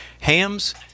Ham's